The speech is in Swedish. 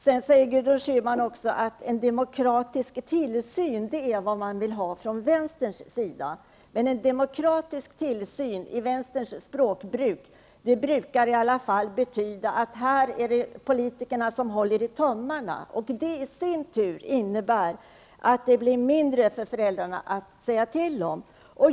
Gudrun Schyman sade också att en demokratisk tillsyn är vad man vill ha från vänsterns sida. Men en demokratisk tillsyn brukar med vänsterns språkbruk betyda att det är politikerna som håller i tömmarna, och det i sin tur innebär att föräldrarna får mindre att säga till om.